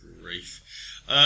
Grief